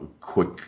quick